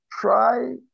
try